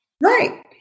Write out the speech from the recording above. Right